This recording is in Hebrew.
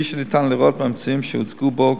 כפי שניתן לראות מהממצאים שהוצגו בו,